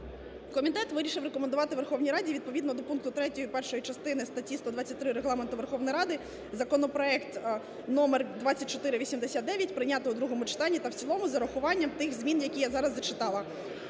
Комітет вирішив рекомендувати Верховній Раді відповідно до пункту 3 першої частини статті 123 Регламенту Верховної Ради законопроект номер 2489 прийняти у другому читанні та в цілому з урахуванням тих змін, які я зараз зачитала.